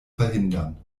verhindern